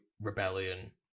rebellion